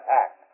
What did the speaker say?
act